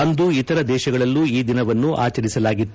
ಅಂದು ಇತರ ದೇಶಗಳಲ್ಲೂ ಈ ದಿನವನ್ನು ಆಚರಿಸಲಾಗಿತ್ತು